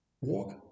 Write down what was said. Walk